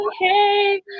hey